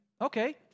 okay